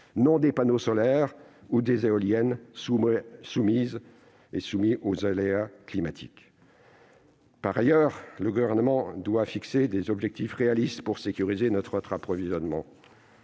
non des panneaux solaires ou des éoliennes, soumis aux aléas climatiques. Ensuite, le Gouvernement doit fixer des objectifs réalistes pour sécuriser notre approvisionnement.